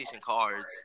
cards